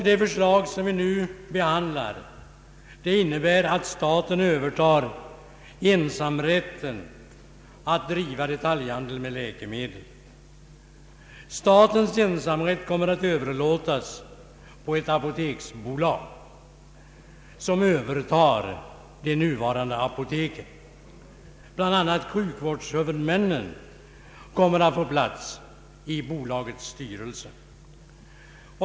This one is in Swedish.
Det förslag vi nu behandlar innebär att staten skall överta ensamrätten att driva detaljhandel med läkemedel. Statens ensamrätt kommer att överlåtas på ett apoteksbolag. Bl. a. sjukvårdshuvudmännen kommer att få plats i bolagets styrelse.